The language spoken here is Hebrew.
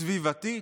סביבתית.